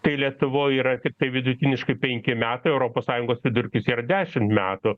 tai lietuvoj yra tiktai vidutiniškai penki metai europos sąjungos vidurkis yra dešimt metų